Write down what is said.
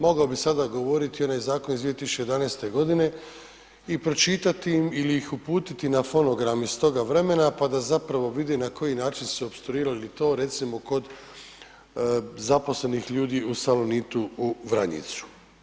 Mogao bi sada govoriti i onaj zakon iz 2011. godine i pročitati im ili ih uputiti na fonogram iz toga vremena pa da zapravo vide na koji način su zapravo opstruirali to recimo kod zaposlenih ljudi u Salonitu u Vranjicu.